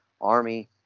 army